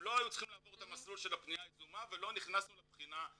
שלא היו צריכים לעבור את המסלול של הפניה היזומה ולא נכנסנו לבחינה